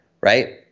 right